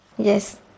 Yes